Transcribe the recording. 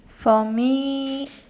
for me